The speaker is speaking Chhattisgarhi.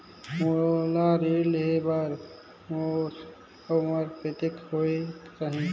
मोला ऋण लेहे बार मोर उमर कतेक होवेक चाही?